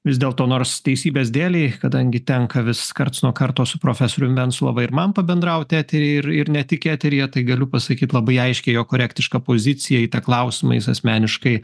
vis dėlto nors teisybės dėlei kadangi tenka vis karts nuo karto su profesorium venclova ir man pabendraut etery ir ir ne tik eteryje tai galiu pasakyt labai aiškiai jo korektišką poziciją į tą klausimą jis asmeniškai